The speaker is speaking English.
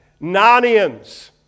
Narnians